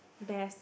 best